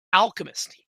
alchemist